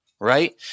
Right